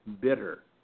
bitter